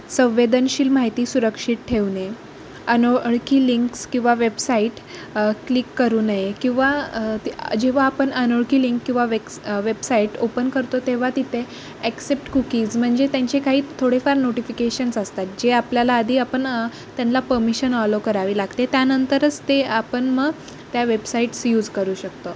संवेदनशील माहिती सुरक्षित ठेवणे अनोळखी लिंक्स किंवा वेबसाईट क्लिक करू नये किंवा जेव्हा आपण अनोळखी लिंक किंवा वेक्स वेबसाईट ओपन करतो तेव्हा तिथे ॲक्सेप्ट कुकीज म्हणजे त्यांचे काही थोडेफार नोटिफिकेशन्स असतात जे आपल्याला आधी आपण त्यांना परमिशन ऑलो करावी लागते त्यानंतरच ते आपण मग त्या वेबसाईट्स यूज करू शकतो